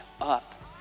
up